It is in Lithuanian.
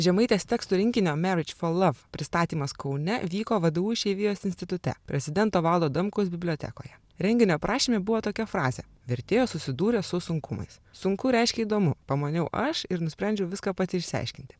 žemaitės tekstų rinkinio meridž fo lav pristatymas kaune vyko vadų išeivijos institute prezidento valdo adamkaus bibliotekoje renginio aprašyme buvo tokia frazė vertėja susidūrė su sunkumais sunku reiškia įdomu pamaniau aš ir nusprendžiau viską pati išsiaiškinti